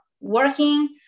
working